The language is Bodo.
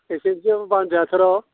नोंसोरथिं बानजायाथ' र'